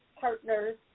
partners